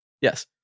yes